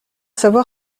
savoir